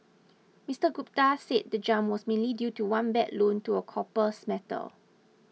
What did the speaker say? Mister Gupta said the jump was mainly due to one bad loan to a copper smelter